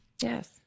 Yes